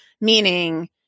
meaning